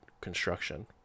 construction